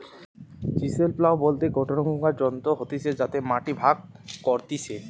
chisel plough বলতে গটে রকমকার যন্ত্র হতিছে যাতে মাটি ভাগ করতিছে